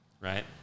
right